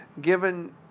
Given